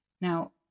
Now